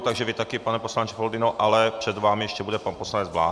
Takže vy také, pane poslanče Foldyno, ale před vámi ještě bude pan poslanec Bláha.